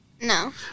No